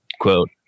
quote